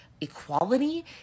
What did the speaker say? equality